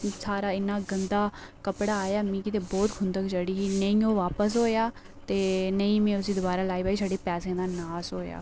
सारे इन्ना गंदा कपड़ु आय़ा मिगी ते बहूत खुदंक चढी ही नेईं ओह् बापस होआ ते नेईं में उसी दुआरा लाई सकी छड़ा पैसे दा नास होआ